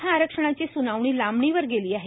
मराठा आरक्षणाची स्नावणी लांबणीवर गेली आहे